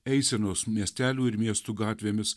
eisenos miestelių ir miestų gatvėmis